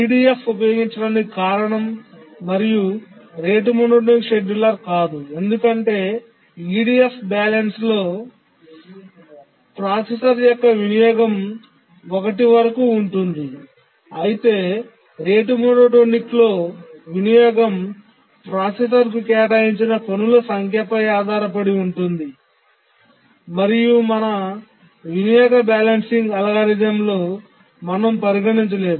EDF ఉపయోగించటానికి కారణం మరియు రేటు మోనోటోనిక్ షెడ్యూలర్ కాదు ఎందుకంటే EDF బ్యాలెన్స్లో ప్రాసెసర్ యొక్క వినియోగం 1 వరకు ఉంటుంది అయితే రేటు మోనోటోనిక్లో వినియోగం ప్రాసెసర్కు కేటాయించిన పనుల సంఖ్యపై ఆధారపడి ఉంటుంది మరియు మన వినియోగ బ్యాలెన్సింగ్ అల్గోరిథంలో మనం పరిగణించలేదు